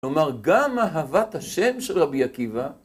כלומר גם אהבת השם של רבי עקיבא